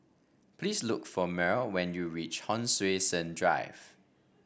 please look for Myrl when you reach Hon Sui Sen Drive